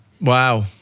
Wow